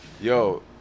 Yo